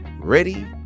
Ready